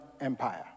Empire